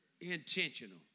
intentional